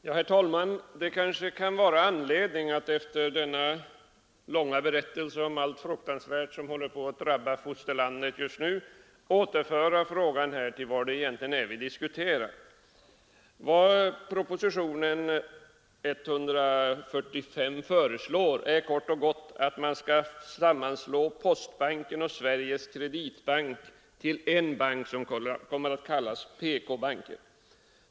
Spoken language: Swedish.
Herr talman! Det kanske efter denna långa berättelse om allt fruktansvärt som håller på att drabba fosterlandet just nu kan vara anledning att återföra debatten till det som vi egentligen diskuterar. Vad som föreslås i propositionen 145 är kort uttryckt att postbanken och Sveriges kreditbank skall sammanslås till en bank, som kommer att kallas PK-banken.